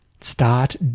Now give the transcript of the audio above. start